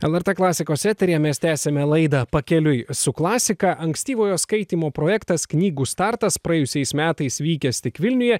lrt klasikos eteryje mes tęsiame laidą pakeliui su klasika ankstyvojo skaitymo projektas knygų startas praėjusiais metais vykęs tik vilniuje